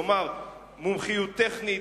כלומר מומחיות טכנית,